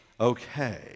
Okay